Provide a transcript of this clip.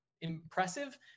impressive